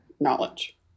knowledge